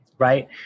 Right